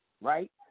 Right